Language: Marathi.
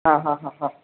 हां हां हां हां